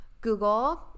Google